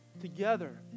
together